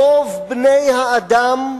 רוב בני-האדם,